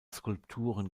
skulpturen